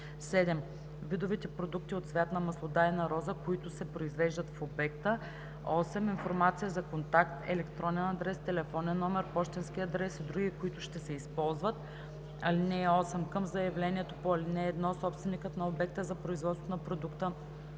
7. видовете продукти от цвят на маслодайна роза, които се произвеждат в обекта; 8. информация за контакт – електронен адрес, телефонен номер, пощенски адрес и други, които ще се използват. (8) Към заявлението по ал. 1 собственикът на обекта за производство на продукти